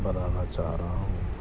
بنانا چاہ رہا ہوں